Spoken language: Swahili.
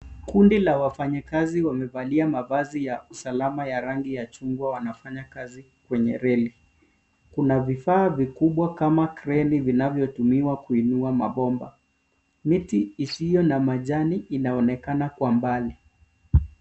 Kundi la wafanyikazi wamevalia mavazi ya usalama ya rangi ya chungwa wanafanya kazi kwenye reli. Kuna vifaa vikubwa kama kreni vinavyotumiwa kuinua mabomba. Miti isiyo na majani inaonekana kwa mbali.